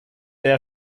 der